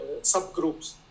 subgroups